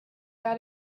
got